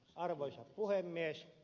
arvoisa puhemies